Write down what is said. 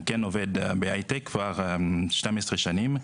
אני עובד בהייטק כבר 12 שנים.